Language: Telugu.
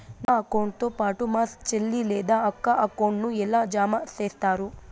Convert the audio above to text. నా అకౌంట్ తో పాటు మా చెల్లి లేదా అక్క అకౌంట్ ను ఎలా జామ సేస్తారు?